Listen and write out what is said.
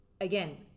again